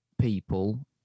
people